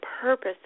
purpose